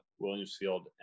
Williamsfield